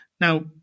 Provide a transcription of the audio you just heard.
now